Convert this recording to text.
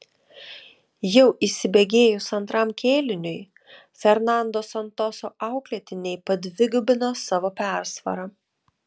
jau įsibėgėjus antram kėliniui fernando santoso auklėtiniai padvigubino savo persvarą